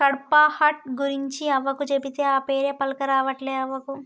కడ్పాహ్నట్ గురించి అవ్వకు చెబితే, ఆ పేరే పల్కరావట్లే అవ్వకు